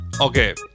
Okay